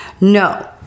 No